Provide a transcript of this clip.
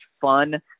fun